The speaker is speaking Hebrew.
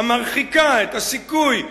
המרחיקה את הסיכוי,